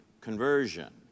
conversion